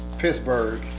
Pittsburgh